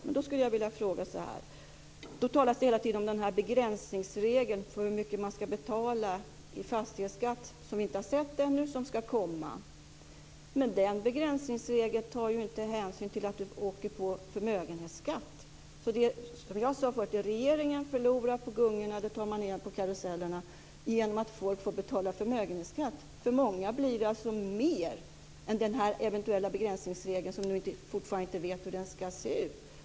Det talas om den begränsningsregel - som vi ännu inte har sett, men som ska komma - för hur mycket man ska betala i fastighetsskatt. Den begränsningsregeln tar ju inte hänsyn till att man åker på förmögenhetsskatt. Som jag sade förut: Det regeringen förlorar på gungorna tar man igen på karusellerna genom att folk får betala förmögenhetsskatt. För många blir det alltså mer, genom den eventuella begränsningsregeln, som vi fortfarande inte vet hur den ska se ut.